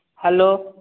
hello